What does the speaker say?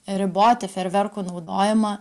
riboti ferverkų naudojimą